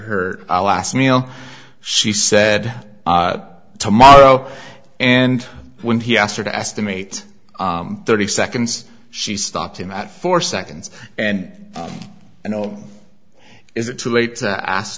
her last meal she said tomorrow and when he asked her to estimate thirty seconds she stopped him at four seconds and you know is it too late i ask